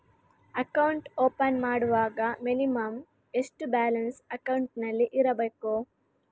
Account open ಮಾಡುವಾಗ minimum ಎಷ್ಟು balance ಅಕೌಂಟಿನಲ್ಲಿ ಇರಬೇಕು?